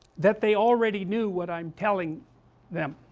that they already knew what i am telling them